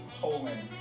Poland